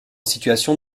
situation